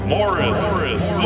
Morris